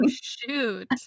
shoot